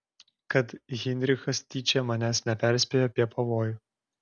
kad heinrichas tyčia manęs neperspėjo apie pavojų